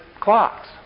clocks